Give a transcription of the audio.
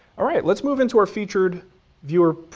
all right, let's move into our featured viewer.